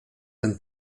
ten